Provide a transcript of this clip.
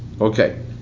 Okay